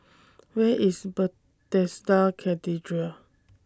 Where IS Bethesda Cathedral